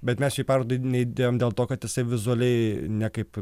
bet mes šiai parodai neįdėjom dėl to kad jisai vizualiai nekaip